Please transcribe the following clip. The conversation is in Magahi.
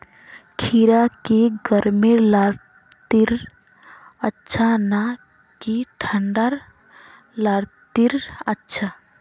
खीरा की गर्मी लात्तिर अच्छा ना की ठंडा लात्तिर अच्छा?